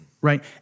right